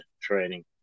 training